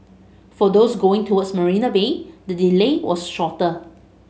for those going towards Marina Bay the delay was shorter